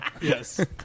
Yes